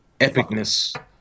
epicness